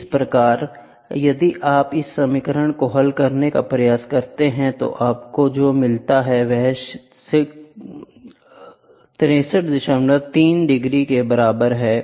इस प्रकार यदि आप इस समीकरण को हल करने का प्रयास करते हैं तो आपको जो मिलता है वह 633 डिग्री के बराबर है